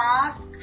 ask